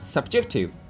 Subjective